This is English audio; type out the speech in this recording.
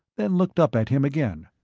then looked up at him again.